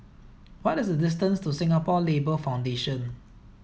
what is the distance to Singapore Labour Foundation